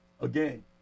again